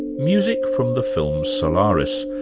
music from the film solaris,